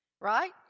Right